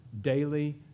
Daily